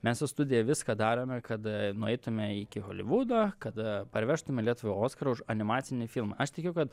mes su studija viską darome kad nueitume iki holivudo kad parvežtume lietuvai oskarą už animacinį filmą aš tikiu kad